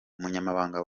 umunyamabanga